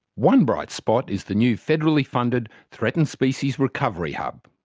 one bright spot is the new federally funded threatened species recovery hub.